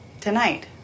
tonight